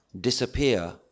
disappear